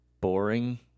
boring